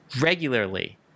regularly